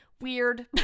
weird